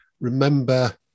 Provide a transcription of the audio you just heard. remember